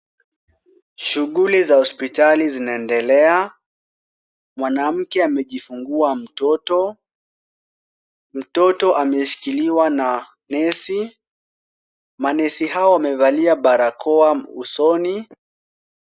Shughuli za hospitali zinaendelea. Mwanamke amejifungua mtoto. Mtoto ameshikiliwa na nesi. Manesi hao wamevalia barakoa usoni.